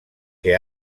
que